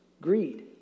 greed